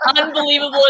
unbelievable